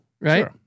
right